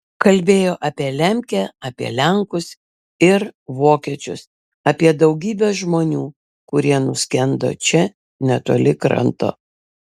kalbėjo apie lemkę apie lenkus ir vokiečius apie daugybę žmonių kurie nuskendo čia netoli kranto